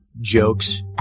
jokes